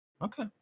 Okay